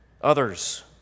others